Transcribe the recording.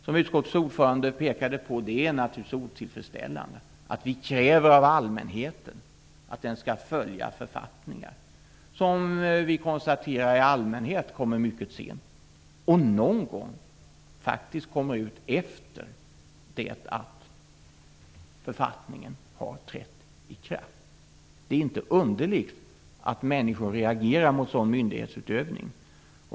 Som utskottets ordförande pekade på är det naturligtvis otillfredsställande att vi kräver av allmänheten att den skall följa författningar som i allmänhet, det kan vi konstatera, kommer ut mycket sent. Någon gång kommer de faktiskt ut efter att de har trätt i kraft! Det är inte underligt att människor reagerar mot sådan myndighetsutövning.